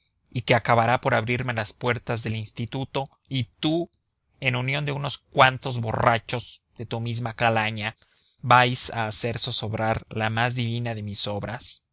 y que acabará por abrirme las puertas del instituto y tú en unión de unos cuantos borrachos de tu misma calaña vais a hacer zozobrar la más divina de mi obras